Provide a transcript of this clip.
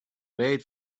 made